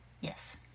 Yes